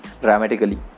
dramatically